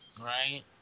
Right